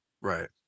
Right